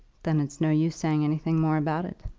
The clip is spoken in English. then it's no use saying anything more about it.